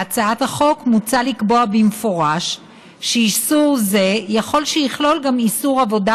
בהצעת החוק מוצע לקבוע במפורש שאיסור זה יכול שיכלול גם איסור עבודה